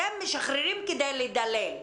אתם משחררים כדי לדלל.